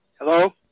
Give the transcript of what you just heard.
Hello